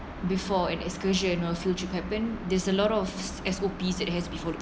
before an excursion or field trip happen there's a lot of S_O_P it has before